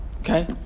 Okay